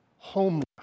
Homeless